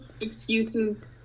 excuses